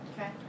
Okay